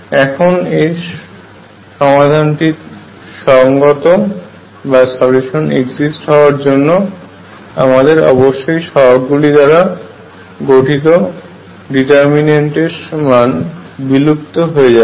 এখন এর সমাধানটি সংগত হওয়ার জন্য আমাদের অবশ্যই সহগগুলি দ্বারা গঠিত ডিটারমিন্যান্ট এর মান বিলুপ্ত হয়ে যাবে